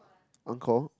on call